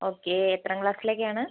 okay എത്രാം ക്ലാസ്സിലേയ്ക്കാണ്